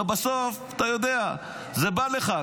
הרי בסוף, אתה יודע, זה בא לך.